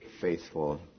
faithful